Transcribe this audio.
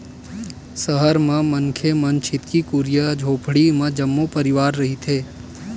सहर म मनखे मन छितकी कुरिया झोपड़ी म जम्मो परवार रहिथे